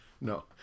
No